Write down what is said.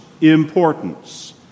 importance